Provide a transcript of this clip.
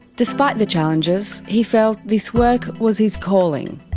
despite the challenges, he felt this work was his calling.